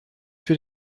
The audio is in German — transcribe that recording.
für